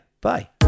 bye